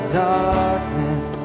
darkness